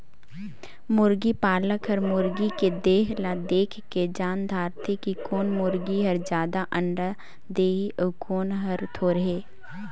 मुरगी पालक हर मुरगी के देह ल देखके जायन दारथे कि कोन मुरगी हर जादा अंडा देहि अउ कोन हर थोरहें